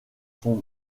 sont